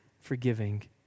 forgiving